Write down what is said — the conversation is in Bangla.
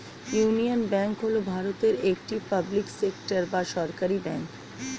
ইউনিয়ন ব্যাঙ্ক হল ভারতের একটি পাবলিক সেক্টর বা সরকারি ব্যাঙ্ক